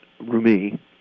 Rumi